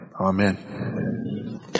Amen